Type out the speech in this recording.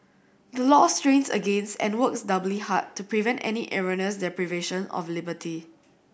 the law strains against and works doubly hard to prevent any erroneous deprivation of liberty